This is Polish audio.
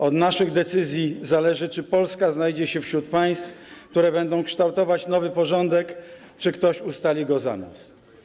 Od naszych decyzji zależy, czy Polska znajdzie się wśród państw, które będą kształtować nowy porządek, czy ktoś ustali go za nas.